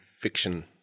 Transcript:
fiction